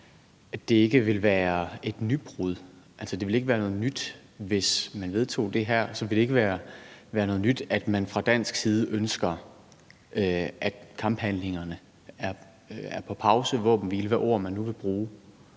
at det ikke vil være et nybrud, altså at det ikke vil være noget nyt, hvis man vedtog det her; at det ikke vil være noget nyt, at man fra dansk side ønsker, at kamphandlingerne sættes på pause, altså en våbenhvile, eller hvad ord man nu vil bruge,